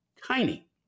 tiny